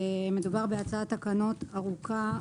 מדובר בהצעת תקנות ארוכה,